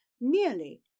merely